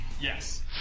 Yes